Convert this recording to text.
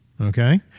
okay